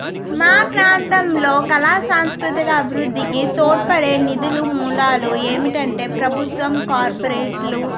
మా ప్రాంతంలో కళా సాంస్కృతిక అభివృద్ధికి తోడ్పడే నిధులు మూలాలు ఏమిటి అంటే ప్రభుత్వం కార్పోరేట్లు